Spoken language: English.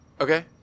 Okay